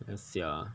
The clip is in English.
ya sia